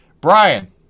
Brian